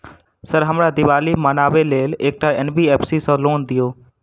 Sir हमरा दिवाली मनावे लेल एकटा एन.बी.एफ.सी सऽ लोन दिअउ?